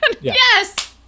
Yes